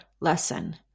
lesson